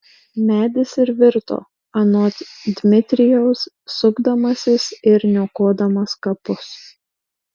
medis ir virto anot dmitrijaus sukdamasis ir niokodamas kapus